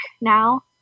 now